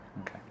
Okay